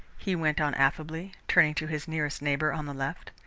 he went on affably, turning to his nearest neighbour on the left.